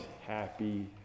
happy